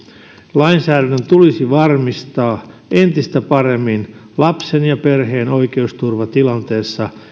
lainsäädännön tulisi varmistaa entistä paremmin lapsen ja perheen oikeusturva tilanteissa